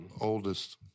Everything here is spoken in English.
oldest